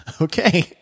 Okay